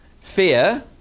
Fear